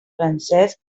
francesc